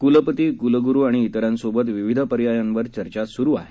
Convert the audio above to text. क्लपती क्लग्रू आणि इतरांसोबत विविध पर्यायांवर चर्चा स्रू आहे